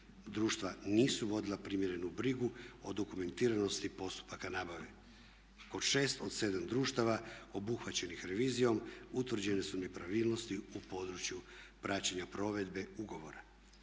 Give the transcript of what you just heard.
Društva nisu vodila primjerenu brigu o dokumentiranosti postupaka nabave. Kod 6 od 7 društava obuhvaćenih revizijom utvrđene su nepravilnosti u području praćenja provedbe ugovora.